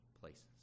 places